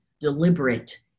deliberate